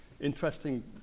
interesting